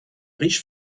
riche